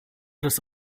des